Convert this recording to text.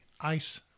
ice